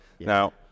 now